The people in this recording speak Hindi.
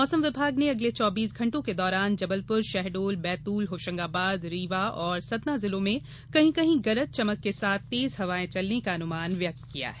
मौसम विभाग ने अगले चौबीस घंटों के दौरान जबलपुर शहडोल बैतूल होशंगाबाद रीवा और सतना जिलों में कहीं कहीं गरज चमक के साथ तेज हवाएं चलने का अनुमान व्यक्त किया है